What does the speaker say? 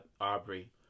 Aubrey